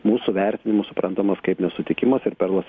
mūsų vertinimu suprantamas kaip nesutikimas ir perlas